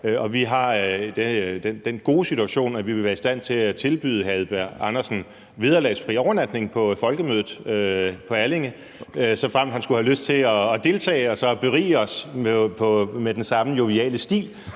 vi er i den gode situation, at vi vil være i stand til at tilbyde hr. Kim Edberg Andersen vederlagsfri overnatning i Allinge under Folkemødet, såfremt han skulle have lyst til at deltage og berige os med den samme joviale stil,